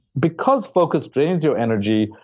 because focus drains your energy,